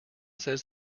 says